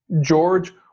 George